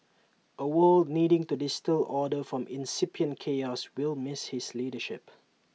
A world needing to distil order from incipient chaos will miss his leadership